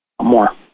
more